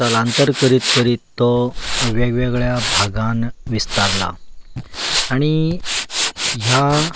स्थलांतर करीत करीत तो वेगवेगळ्या भागांनी विस्तारला आनी ह्या